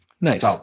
Nice